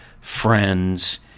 friends